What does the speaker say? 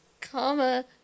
comma